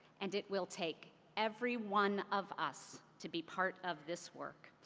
and it will take every one of us to be part of this work.